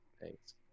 thanks